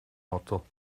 auto